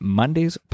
monday's